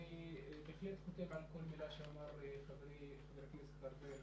אני בהחלט חושב על כל מילה שאמר חברי חבר הכנסת ארבל.